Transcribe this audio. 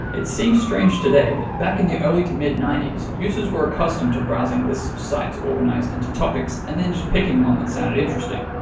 it seems strange today but back in the early to mid ninety s, users were accustomed to browsing lists of sites organized into topics and then just picking one that sounded interesting.